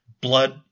blood